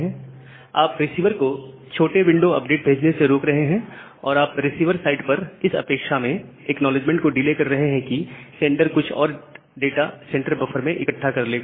आप रिसीवर को छोटे विंडो अपडेट भेजने से रोक रहे हैं और आप रिसीवर साइड पर इस अपेक्षा में एक्नॉलेजमेंट को डिले कर रहे हैं कि सेंडर कुछ और डाटा सेंडर बफर में इकट्ठा कर लेगा